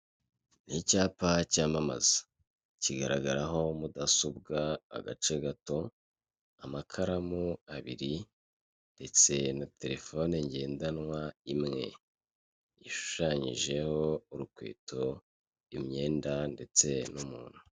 Icyapa cyamamaza kigaragaraho mudasobwa agace gato, amakaramu abiri ndetse na telefone ngendanwa imwe, ishushanyijeho urukweto, imyenda ndetse n'umuntu.